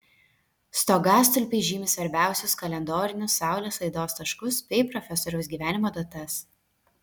stogastulpiai žymi svarbiausius kalendorinius saulės laidos taškus bei profesoriaus gyvenimo datas